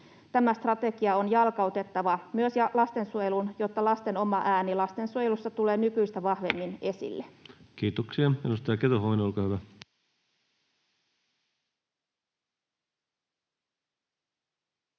Tämä strategia on jalkautettava myös lastensuojeluun, jotta lasten oma ääni lastensuojelussa tulee nykyistä vahvemmin esille. [Speech 93] Speaker: Ensimmäinen